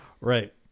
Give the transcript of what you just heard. Right